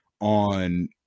on